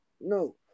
no